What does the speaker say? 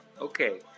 okay